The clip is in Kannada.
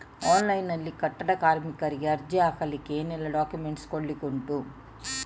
ಆನ್ಲೈನ್ ನಲ್ಲಿ ಕಟ್ಟಡ ಕಾರ್ಮಿಕರಿಗೆ ಅರ್ಜಿ ಹಾಕ್ಲಿಕ್ಕೆ ಏನೆಲ್ಲಾ ಡಾಕ್ಯುಮೆಂಟ್ಸ್ ಕೊಡ್ಲಿಕುಂಟು?